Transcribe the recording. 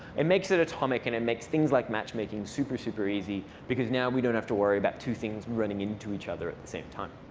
it makes it atomic, and it makes things like matchmaking super, super easy, because now we don't have to worry about two things running into each other at the same time.